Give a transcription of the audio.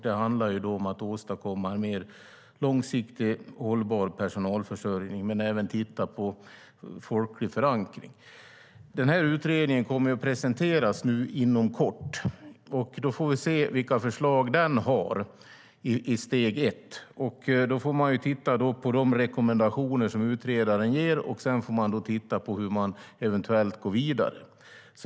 Det handlar om att åstadkomma en mer långsiktig och hållbar personalförsörjning och att titta på en mer folklig förankring. Utredningen kommer att presenteras inom kort. Då får vi se vilka förslag den har, i steg ett. Vi får titta på de rekommendationer utredaren ger, och sedan får vi titta på hur vi eventuellt går vidare.